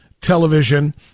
television